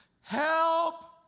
help